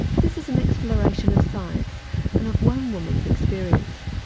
this is an exploration of science and of one woman's experience.